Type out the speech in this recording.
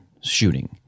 shooting